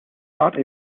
sought